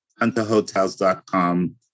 hunterhotels.com